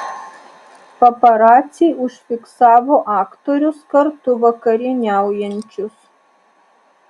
paparaciai užfiksavo aktorius kartu vakarieniaujančius